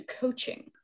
coaching